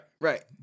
right